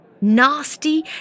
Nasty